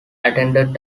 attended